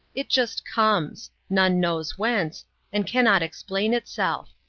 it just comes none knows whence and cannot explain itself.